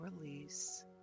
release